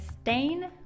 stain